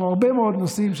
כמו הרבה מאוד נושאים,